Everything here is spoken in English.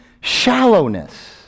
shallowness